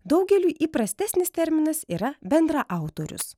daugeliui įprastesnis terminas yra bendraautorius